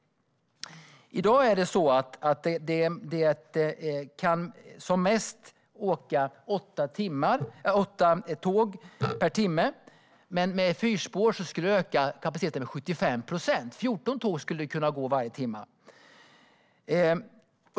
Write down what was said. I dag kan som mest åtta tåg per timme åka, men med fyrspår skulle kapaciteten öka med 75 procent. Fjorton tåg skulle kunna gå varje timme.